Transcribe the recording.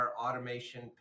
automation